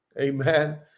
amen